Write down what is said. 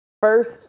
First